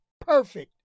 perfect